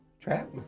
Trap